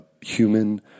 human